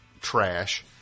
trash